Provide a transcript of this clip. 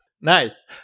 Nice